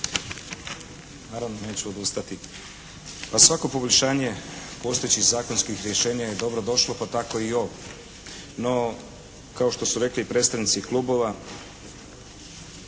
Naravno neću odustati. Pa svako poboljšanje postojećih zakonskih rješenja je dobrodošlo pa tako i ovo. No kao što su rekli i predstavnici klubova